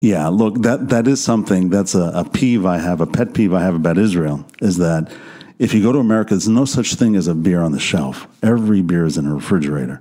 כן, תראי, זה משהו, זה דבר שמעצבן אותי בישראל. אם אתה הולך באמריקה, אין שום דבר כזה כבירה על המדף כל בירה היא במקרר